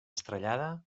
estrellada